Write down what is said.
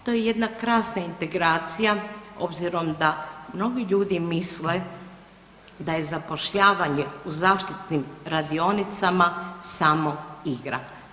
To je jedna krasna integracija obzirom da mnogi ljudi misle da je zapošljavanje u zaštitnim radionicama samo igra.